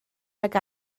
nag